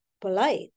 polite